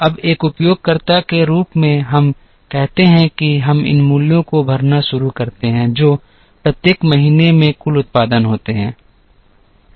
अब एक उपयोगकर्ता के रूप में हम कहते हैं कि हम इन मूल्यों को भरना शुरू करते हैं जो प्रत्येक महीने में कुल उत्पादन होते हैं